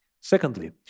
Secondly